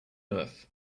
earth